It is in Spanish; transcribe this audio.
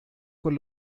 con